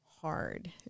hard